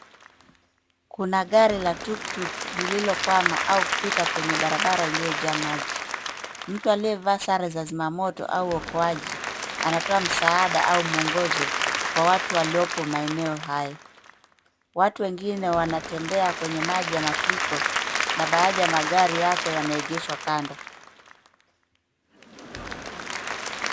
Kuna gari la tuk tuk lililokwama au kupita kwenye barabara iliyojaa maji. Mtu aliyevaa sare za zima moto au uokoaji anatoa msaada au mwongozo kwa watu waliopo maeneo haya .Watu wengine wanatembea kwenye maji ya mafuriko na baadhi ya magari hapo yameegeshwa kando.